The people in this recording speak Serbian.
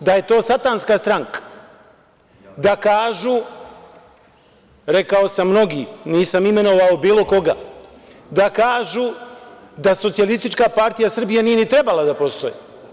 da je to satanska stranka, da kažu, rekao sam mnogi, nisam imenovao bilo koga, da kažu da SPS nije ni trebala da postoji.